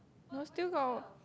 no still got